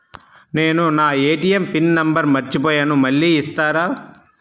నేను నా ATM pin number మర్చిపోయాను మళ్ళీ ఇస్తారా?